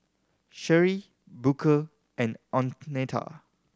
Sheri Booker and Oneta